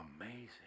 amazing